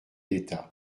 d’état